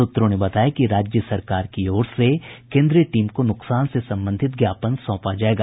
सूत्रों ने बताया कि राज्य सरकार की ओर से केन्द्रीय टीम को नुकसान से संबंधित ज्ञापन सौंपा जायेगा